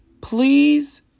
please